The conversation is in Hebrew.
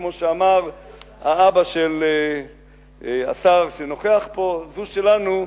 כמו שאמר האבא של השר שנוכח פה: זו שלנו,